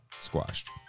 squashed